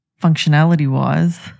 functionality-wise